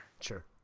Sure